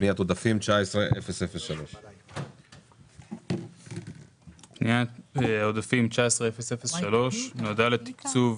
פניית עודפים 19-003. פניית עודפים 19-003 נועדה לתקצוב